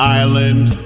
island